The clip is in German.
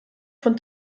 von